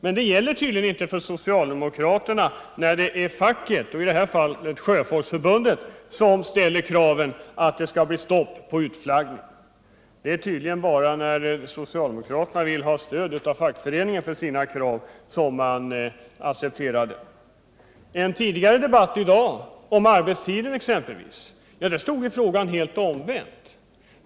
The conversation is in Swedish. Men det gäller tydligen inte när facket — i det här fallet Sjöfolksförbundet — vill ha till stånd en samverkan. Det är tydligen bara när socialdemokraterna vill ha stöd för sina krav av fackföreningsrörelsen som det är viktigt. I en tidigare debatt i dag om arbetstiden stod frågan helt omvänt.